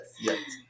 yes